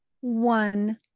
one